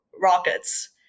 rockets